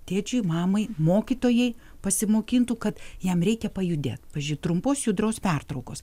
tėčiui mamai mokytojai pasimokintų kad jam reikia pajudėt pavyzdžiui trumpos judrios pertraukos